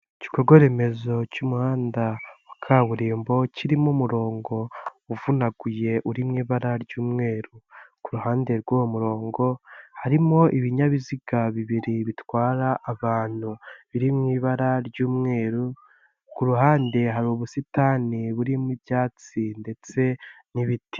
Igikorwaremezo cy'umuhanda wa kaburimbo kirimo umurongo uvunaguye, uri mu ibara ry'umweru, ku ruhande rw'uwo murongo harimo ibinyabiziga bibiri bitwara abantu biri mu ibara ry'umweru, ku ruhande hari ubusitani burimo ibyatsi ndetse n'ibiti.